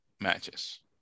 matches